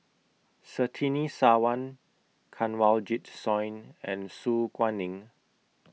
Surtini Sarwan Kanwaljit Soin and Su Guaning